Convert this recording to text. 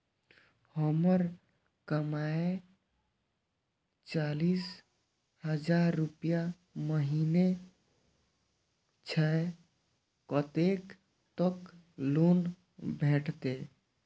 हमर कमाय चालीस हजार रूपया महिना छै कतैक तक लोन भेटते?